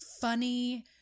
funny